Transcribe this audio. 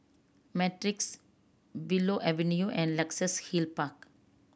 Matrix Willow Avenue and Luxus Hill Park